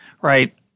Right